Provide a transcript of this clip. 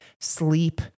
sleep